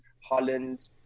Holland